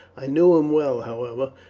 i know him well, however,